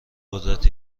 قدرت